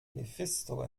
mephisto